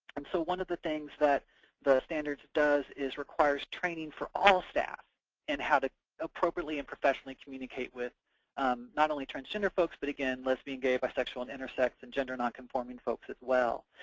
and so one of the things that the standards does is requires training for all staff in how to appropriately and professionally communicate with not only transgender folks, but again, lesbian, gay, bisexual, and intersex, and gender non-conforming folks as well.